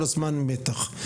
זה כל הזמן מתח.